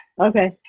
okay